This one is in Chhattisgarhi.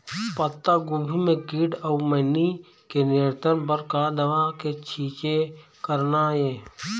पत्तागोभी म कीट अऊ मैनी के नियंत्रण बर का दवा के छींचे करना ये?